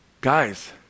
Guys